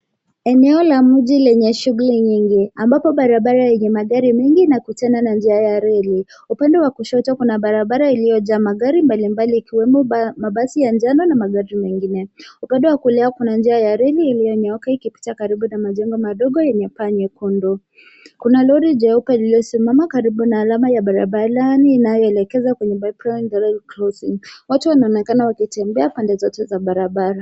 Eneo la mji lenye shughuli nyingi ambapo barabara yenye magari mengi inakutana na njia ya reli. Upande wa kushoto kuna barabara iliyojaa magari mbalimbali yakiwemo mabasi ya njano na magari mengine. Upande wa kulia kuna njia ya reli iliyonyooka ikipita karibu na majengo madogo yenye paa nyekundu. Kuna lori jeupe lililosimama karibu na alama ya barabarani inayoelekeza kwenye railway crossing . Watu wanaonekana wakitembea pande zote za barabara.